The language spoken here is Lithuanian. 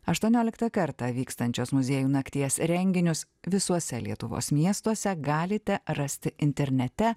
aštuonioliktą kartą vykstančios muziejų nakties renginius visuose lietuvos miestuose galite rasti internete